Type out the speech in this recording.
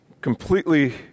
Completely